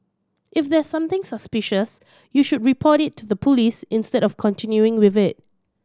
if there's something suspicious you should report it to the police instead of continuing with it